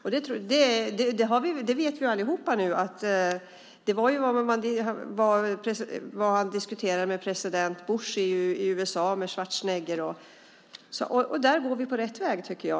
Vi vet allihop att han diskuterade detta med president Bush och Schwarzenegger i USA. Vi är definitivt på rätt väg, tycker jag.